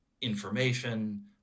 information